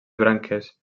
branques